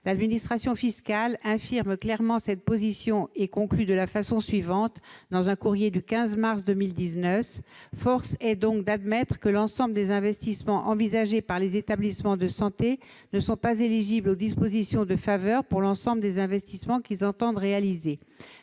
l'administration fiscale infirme clairement cette position ... On va demander des noms !... et conclut de la façon suivante, dans un courrier du 15 mars 2019 :« Force est donc d'admettre que l'ensemble des investissements envisagés par les établissements de santé ne sont pas éligibles aux dispositions de faveur pour l'ensemble des investissements qu'ils entendent réaliser.